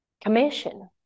commission